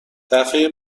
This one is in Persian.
دفعه